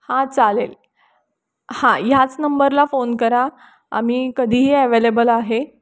हां चालेल हां ह्याच नंबरला फोन करा आम्ही कधीही ॲवेलेबल आहे